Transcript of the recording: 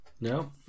No